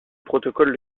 protocole